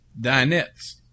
dinettes